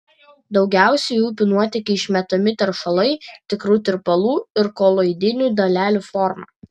daugiausiai į upių nuotėkį išmetami teršalai tikrų tirpalų ir koloidinių dalelių forma